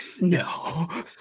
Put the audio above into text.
No